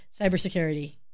cybersecurity